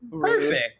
Perfect